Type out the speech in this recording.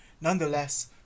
nonetheless